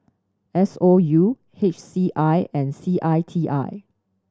S O U H C I and C I T I